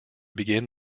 begin